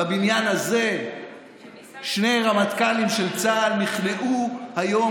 בבניין הזה שני רמטכ"לים של צה"ל נכנעו היום,